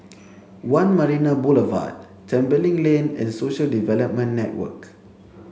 One Marina Boulevard Tembeling Lane and Social Development Network